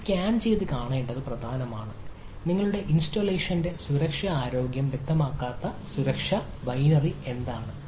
നിങ്ങൾ സ്കാൻ ചെയ്ത് കാണേണ്ടത് പ്രധാനമാണ് നിങ്ങളുടെ ഇൻസ്റ്റാളേഷന്റെ സുരക്ഷാ ആരോഗ്യം വ്യക്തമാക്കാത്ത സുരക്ഷാ ഉദ്ധരണി എന്താണ്